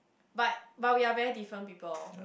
but but we are very different people